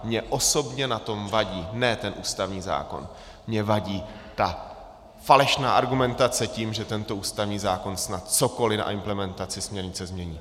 Mně osobně na tom vadí ne ten ústavní zákon, mně vadí ta falešná argumentace tím, že tento ústavní zákon snad cokoli na implementaci směrnice změní.